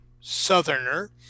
Southerner